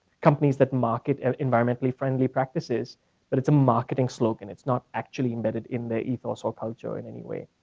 companies that market and environmentally friendly practices but it's a marketing slogan. it's not actually embedded in their ethos or culture in any way.